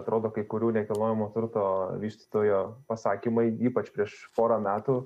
atrodo kai kurių nekilnojamo turto vystytojo pasakymai ypač prieš porą metų